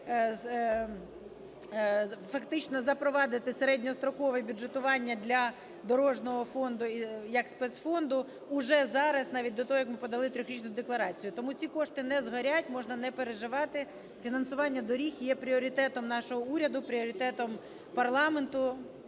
фактично запровадити середньострокове бюджетування для дорожнього фонду як спецфонду, вже зараз, навіть до того, як ми подали трьохрічну декларацію. Тому ці кошти не згорять, можна не переживати, фінансування доріг є пріоритетом нашого уряду, пріоритетом парламенту,